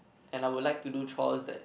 and I would like to do chores that